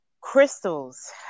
Crystals